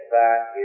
back